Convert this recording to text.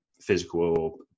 physical